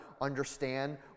understand